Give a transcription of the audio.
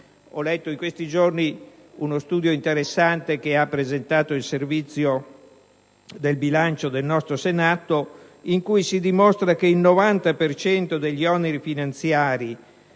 ho letto in questi giorni uno studio interessante che ha presentato il Servizio del bilancio del Senato in cui si dimostra che il 90 per cento degli oneri finanziari